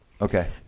Okay